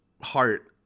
heart